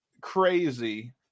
crazy